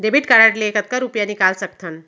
Debit card ले कतका रुपिया निकाल सकथन?